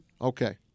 Okay